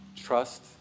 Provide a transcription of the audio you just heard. trust